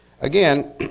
Again